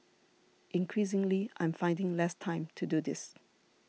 increasingly I am finding less time to do this